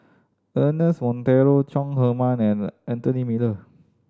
Ernest Monteiro Chong Heman and Anthony Miller